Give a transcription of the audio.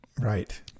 right